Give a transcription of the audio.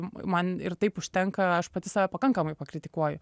man ir taip užtenka aš pati save pakankamai pakritikuoju